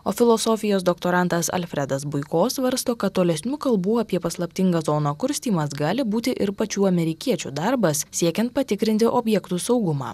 o filosofijos doktorantas alfredas buiko svarsto kad tolesnių kalbų apie paslaptingą zoną kurstymas gali būti ir pačių amerikiečių darbas siekiant patikrinti objektų saugumą